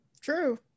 True